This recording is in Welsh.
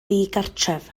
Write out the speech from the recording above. ddigartref